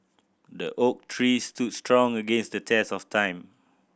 the oak tree stood strong against the test of time